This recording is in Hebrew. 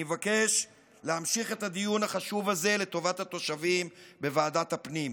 אני מבקש להמשיך את הדיון החשוב הזה לטובת התושבים בוועדת הפנים.